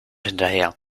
hinterher